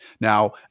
Now